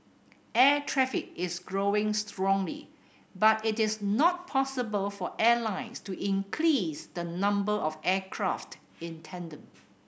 air traffic is growing strongly but it is not possible for airlines to increase the number of aircraft in tandem